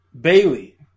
Bailey